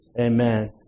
amen